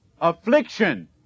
affliction